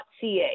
ca